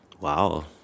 Wow